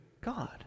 God